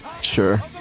sure